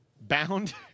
Bound